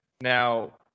now